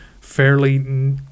fairly